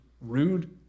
rude